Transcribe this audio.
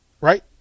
Right